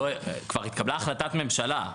כבר התקבלה החלטת ממשלה.